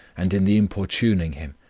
and in the importuning him,